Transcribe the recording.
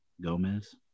Gomez